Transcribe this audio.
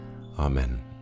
Amen